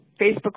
Facebook